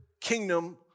kingdom